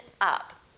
up